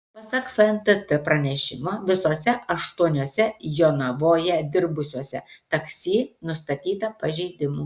pasak fntt pranešimo visuose aštuoniuose jonavoje dirbusiuose taksi nustatyta pažeidimų